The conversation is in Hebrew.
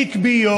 עקביות